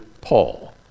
Paul